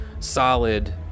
solid